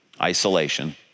isolation